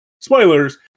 spoilers